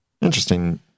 Interesting